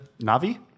Navi